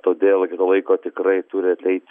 todėl iki to laiko tikrai turi ateit